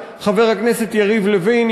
חבר הכנסת יריב לוין,